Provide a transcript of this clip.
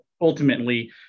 ultimately